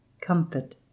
comfort